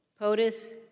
POTUS